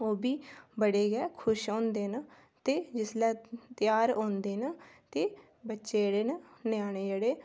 ओह्बी बड्डे गै खुश होंदें न ते जिसले ध्यार औंदे न ते बच्चे जेह्ड़े न न्याने जेह्ड़े